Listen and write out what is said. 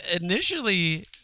initially